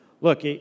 look